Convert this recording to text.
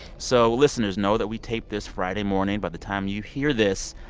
so listeners know that we tape this friday morning. by the time you hear this,